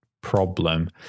problem